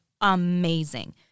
amazing